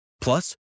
Plus